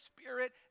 spirit